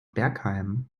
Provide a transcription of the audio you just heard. bergheim